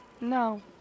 no